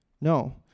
No